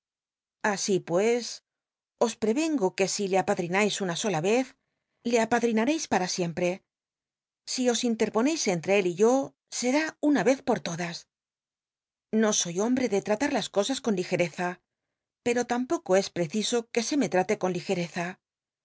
así pues os prevengo que si le apadrinais una sola ez le apadrinareis para siempre si os interponeis entre él y yo será una er por todas no soy hombre de tratar las cosas con ligereza pero tampoco es preciso que se me trate con ligcteza